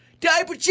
diaper